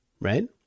right